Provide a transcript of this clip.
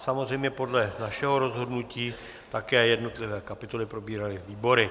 Samozřejmě podle našeho rozhodnutí také jednotlivé kapitoly probíraly výbory.